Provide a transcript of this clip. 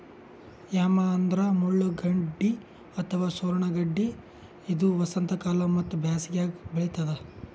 yam ಅಂದ್ರ ಮುಳ್ಳಗಡ್ಡಿ ಅಥವಾ ಸೂರಣ ಗಡ್ಡಿ ಇದು ವಸಂತಕಾಲ ಮತ್ತ್ ಬ್ಯಾಸಿಗ್ಯಾಗ್ ಬೆಳಿತದ್